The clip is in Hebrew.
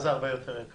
מה זה "הרבה יותר יקר"?